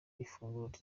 ifunguro